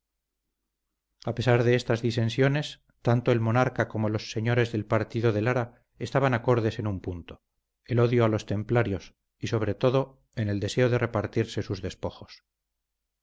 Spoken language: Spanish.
a pesar de estas disensiones tanto el monarca como los señores del partido de lara estaban acordes en un punto el odio a los templarios y sobre todo en el deseo de repartirse sus despojos